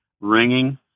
ringing